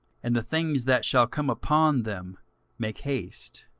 and the things that shall come upon them make haste.